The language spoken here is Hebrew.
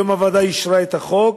היום הוועדה אישרה את החוק,